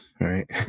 right